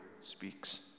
speaks